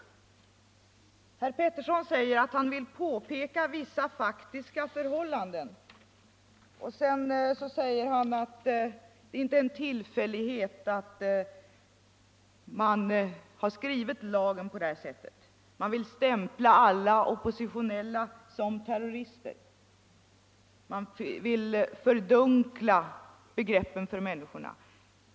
Nu säger herr Pettersson att han vill ”peka på vissa faktiska förhållanden”, och han tillägger att det inte är en tillfällighet att man har skrivit lagen på det här sättet. Man vill stämpla alla oppositionella som terrorister, och man vill fördunkla begreppen för människorna, säger han.